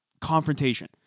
confrontation